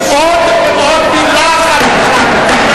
עוד מלה אחת שלך,